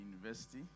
university